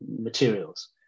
materials